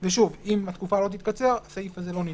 ושוב, אם התקופה לא תתקצר, הסעיף הזה לא נדרש.